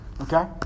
okay